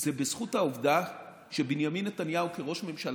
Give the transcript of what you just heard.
זה בזכות העובדה שבנימין נתניהו כראש ממשלה,